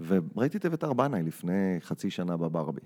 וראיתי את אביתר בנאי לפני חצי שנה בברבי.